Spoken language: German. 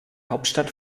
hauptstadt